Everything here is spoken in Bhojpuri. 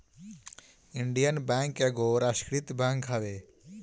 इंडियन बैंक एगो राष्ट्रीयकृत बैंक हवे